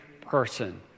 person